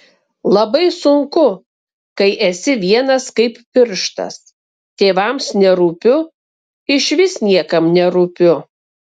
labai sunku kai esi vienas kaip pirštas tėvams nerūpiu išvis niekam nerūpiu